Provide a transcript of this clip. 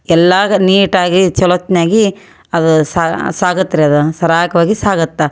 ಎಲ್ಲಾ ನೀಟಾಗಿ ಚೊಲೊತ್ನ್ಯಾಗಿ ಅದು ಸಾಗತ್ತೆ ರೀ ಅದು ಸರಾಗವಾಗಿ ಸಾಗುತ್ತೆ